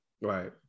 Right